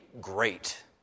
great